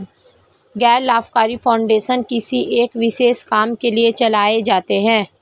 गैर लाभकारी फाउंडेशन किसी एक विशेष काम के लिए चलाए जाते हैं